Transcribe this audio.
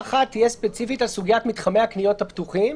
הצבעה אחת תהיה ספציפית על סוגית מתחמי הקניות הפתוחים,